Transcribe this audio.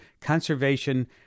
conservation